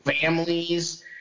families